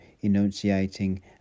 enunciating